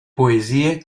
poesie